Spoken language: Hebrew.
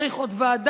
צריך עוד ועדה".